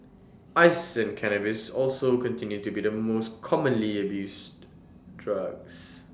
ice and cannabis also continue to be the most commonly abused drugs